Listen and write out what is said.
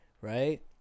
right